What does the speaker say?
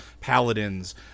paladins